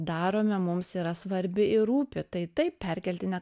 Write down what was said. darome mums yra svarbi ir rūpi tai taip perkeltine